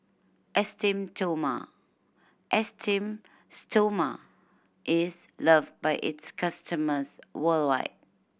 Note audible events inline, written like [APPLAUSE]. esteem [UNINTELLIGIBLE] Esteem Stoma is loved by its customers worldwide